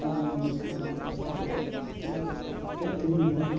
ᱛᱤ ᱫᱚᱧ ᱢᱟᱲᱟᱝᱥᱮᱫ ᱠᱟᱜᱼᱟ ᱟᱨ ᱡᱚᱛᱚᱣᱟᱜ ᱛᱤᱧ ᱡᱚᱛᱚᱣᱟᱜ ᱛᱤᱧ ᱵᱟᱲᱟᱭ ᱠᱟᱜᱼᱟ